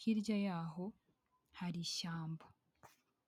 hirya y'aho hari ishyamba.